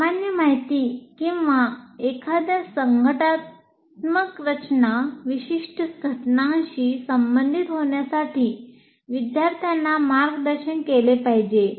सामान्य माहिती किंवा एखाद्या संघटनात्मक रचना विशिष्ट घटनांशी संबंधित होण्यासाठी विद्यार्थ्यांना मार्गदर्शन केले पाहिजे